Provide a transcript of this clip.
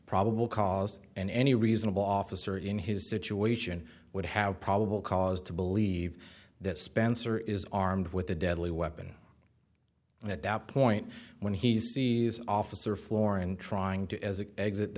probable cause and any reasonable officer in his situation would have probable cause to believe that spencer is armed with a deadly weapon and at that point when he sees officer floor and trying to as an exit the